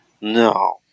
No